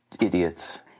Idiots